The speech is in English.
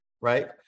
right